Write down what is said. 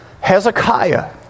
Hezekiah